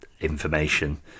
information